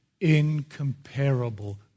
incomparable